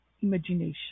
imagination